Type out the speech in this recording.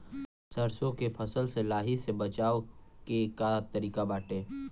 सरसो के फसल से लाही से बचाव के का तरीका बाटे?